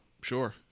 Sure